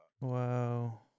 Wow